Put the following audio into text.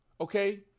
okay